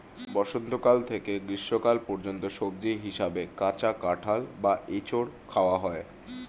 বসন্তকাল থেকে গ্রীষ্মকাল পর্যন্ত সবজি হিসাবে কাঁচা কাঁঠাল বা এঁচোড় খাওয়া হয়